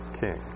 king